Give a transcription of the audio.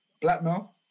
blackmail